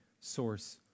source